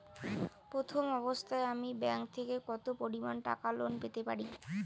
প্রথম অবস্থায় আমি ব্যাংক থেকে কত পরিমান টাকা লোন পেতে পারি?